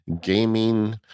gaming